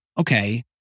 okay